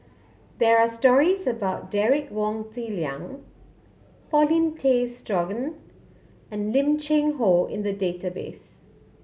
there are stories about Derek Wong Zi Liang Paulin Tay Straughan and Lim Cheng Hoe in the database